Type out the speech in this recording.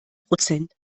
prozent